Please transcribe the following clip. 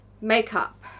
makeup